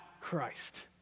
Christ